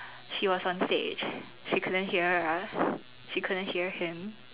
she was on stage she couldn't hear us she couldn't hear him